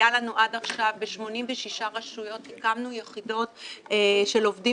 ב-86 רשויות הקמנו יחידות של עובדים